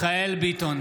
(קורא בשמות חברי הכנסת) מיכאל מרדכי ביטון,